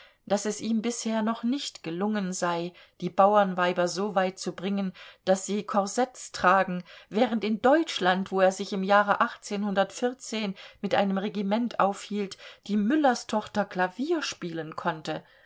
daß es ihm bisher noch nicht gelungen sei die bauernweiber so weit zu bringen daß sie korsetts tragen während in deutschland wo er sich im jahre mit einem regiment aufhielt die müllerstochter klavier spielen konnte